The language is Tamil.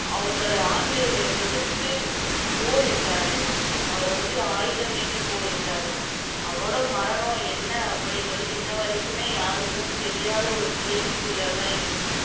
அவங்கள ஆங்கிலேயர்களை எதிர்த்து போரிட்டாரு அவரு வந்து ஆயுதம் ஏந்தி போரிட்டாரு அவரோடய மரணம் என்ன அப்படின்றது இன்னவரைக்குமே யாருக்கும் தெரியாத ஒரு கேள்வி குறியாகதான் இருக்குது